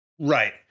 Right